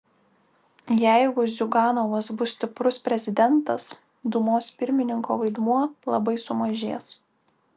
jeigu ziuganovas bus stiprus prezidentas dūmos pirmininko vaidmuo labai sumažės